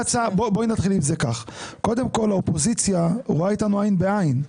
בואי נתחיל עם זה כך: קודם כל האופוזיציה רואה איתנו עין בעין.